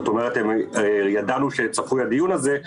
זאת אומרת, ידענו שצפוי הדיון הזה,